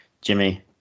Jimmy